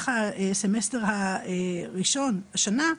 במהלך הסמסטר הראשון השנה,